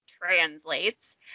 translates